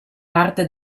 parte